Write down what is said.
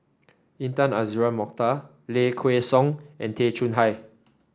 Intan Azura Mokhtar Low Kway Song and Tay Chong Hai